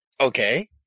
Okay